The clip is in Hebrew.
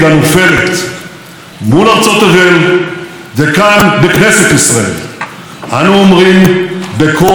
מול ארצות תבל וכאן בכנסת ישראל אנו אומרים בקול צלול ורם: